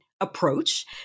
approach